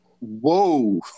Whoa